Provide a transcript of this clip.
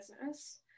business